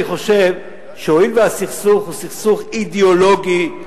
אני חושב שהואיל והסכסוך הוא סכסוך אידיאולוגי,